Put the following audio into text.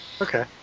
Okay